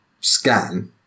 scan